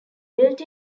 built